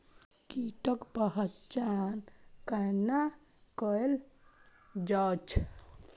कीटक पहचान कैना कायल जैछ?